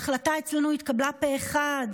ההחלטה אצלנו התקבלה פה אחד,